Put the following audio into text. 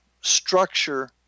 structure